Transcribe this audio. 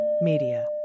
Media